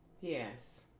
Yes